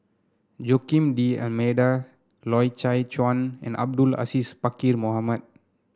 Joaquim D'Almeida Loy Chye Chuan and Abdul Aziz Pakkeer Mohamed